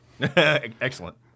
Excellent